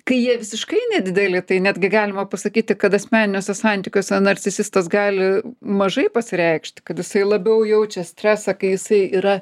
kai jie visiškai nedideli tai netgi galima pasakyti kad asmeniniuose santykiuose narcisistas gali mažai pasireikšti kad jisai labiau jaučia stresą kai jisai yra